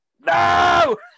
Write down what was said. no